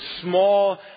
small